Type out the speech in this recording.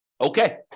Okay